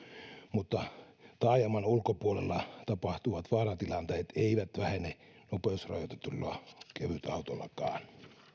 mutta taajaman ulkopuolella tapahtuvat vaaratilanteet eivät vähene nopeusrajoitetulla kevytautollakaan